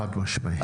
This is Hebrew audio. חד-משמעית.